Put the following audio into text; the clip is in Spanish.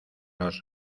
los